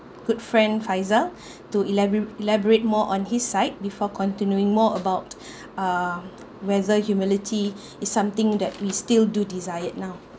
good friend faizal to elabora~ elaborate more on his side before continuing more about uh whether humility is something that we still do desired now